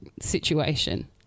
situation